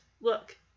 look